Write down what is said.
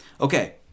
Okay